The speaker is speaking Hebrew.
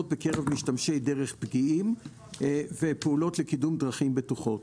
בקרב משתמשי דרך פגיעים ופעולות לקידום דרכים בטוחות.